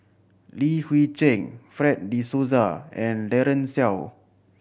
Li Hui Cheng Fred De Souza and Daren Shiau